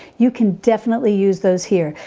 you can definitely use those here.